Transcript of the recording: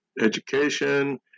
education